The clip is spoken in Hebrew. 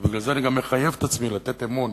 ובזה אני גם מחייב את עצמי לתת אמון